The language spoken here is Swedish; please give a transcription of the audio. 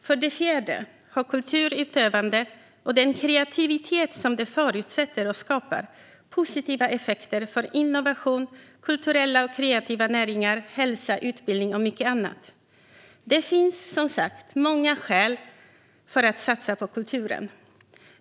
För det fjärde har kulturutövande, och den kreativitet som det förutsätter och skapar, positiva effekter för innovation, kulturella och kreativa näringar, hälsa, utbildning och mycket annat. Det finns som sagt många skäl att satsa på kulturen.